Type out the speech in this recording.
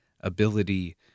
ability